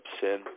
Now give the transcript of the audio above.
Sin